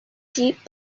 deep